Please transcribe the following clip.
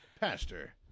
pastor